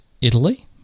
Italy